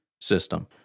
system